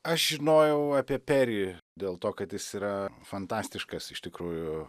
aš žinojau apie perį dėl to kad jis yra fantastiškas iš tikrųjų